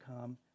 come